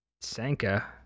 Sanka